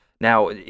now